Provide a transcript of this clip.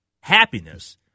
happiness